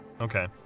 Okay